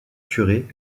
curé